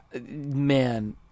man